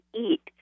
eat